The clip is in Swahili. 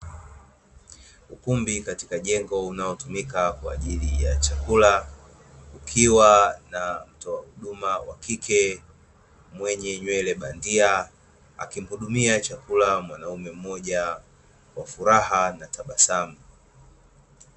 Ukumbi katika jengo unaotumika kwaajili ya chakula, ukiwa na mtoa huduma wa kike mwenye nywele bandia akimhudumia chakula mwanaume mmoja kwa furaha na tabasamu.